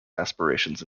aspirations